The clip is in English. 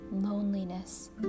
Loneliness